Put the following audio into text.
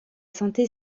santé